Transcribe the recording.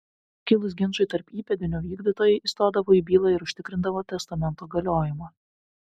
kilus ginčui tarp įpėdinių vykdytojai įstodavo į bylą ir užtikrindavo testamento galiojimą